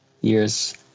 years